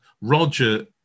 Roger